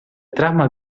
trama